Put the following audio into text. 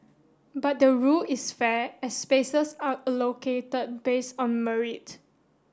but the rule is fair as spaces are allocated based on merit